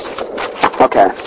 Okay